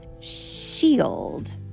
SHIELD